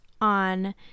on